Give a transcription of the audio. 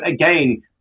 again